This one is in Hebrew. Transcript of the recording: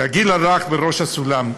והגיל הרך בראש הסולם.